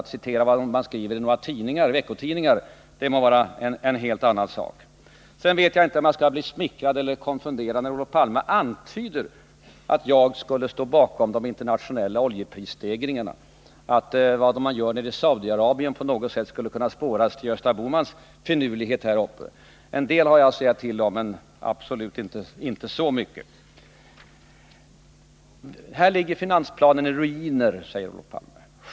Att citera vad man skriver i några veckotidningar är en helt annan sak. Jag vet inte om jag skall bli smickrad eller konfunderad när Olof Palme antyder att jag skulle stå bakom de internationella oljeprisstegringarna, att vad som görs i Saudiarabien på något sätt skulle kunna härledas till Gösta Bohmans finurlighet. En del har jag att säga till om, men absolut inte så mycket! Här ligger finansplanen i ruiner, sade Olof Palme.